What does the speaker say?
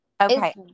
Okay